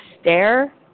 stare